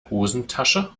hosentasche